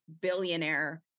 billionaire